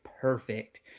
perfect